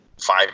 five